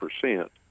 percent